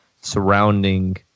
surrounding